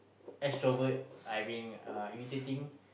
extrovert I being uh irritating